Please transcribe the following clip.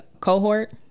cohort